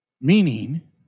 Meaning